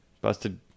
busted